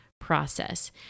process